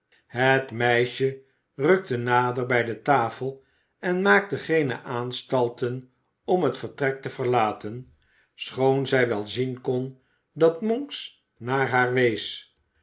het meisje rukte nader bij de tafel en maakte geene aanstalten om het vertrek te verlaten schoon zij wel zien kon dat monks naar haar wees